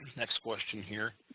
next question here.